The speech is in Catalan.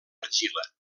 argila